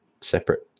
separate